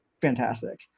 fantastic